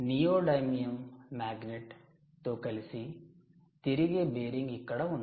'neodymium magnet' 'neodymium magnet' తో కలిసి తిరిగే బేరింగ్ ఇక్కడ ఉంది